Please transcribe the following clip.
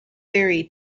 theory